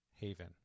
Haven